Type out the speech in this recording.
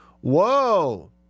Whoa